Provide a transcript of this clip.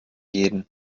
jeden